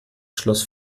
schloss